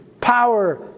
power